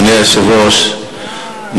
אדוני היושב-ראש,